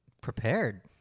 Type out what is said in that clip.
Prepared